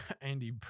Andy